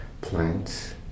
plants